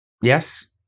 Yes